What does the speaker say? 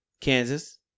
Kansas